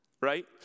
Right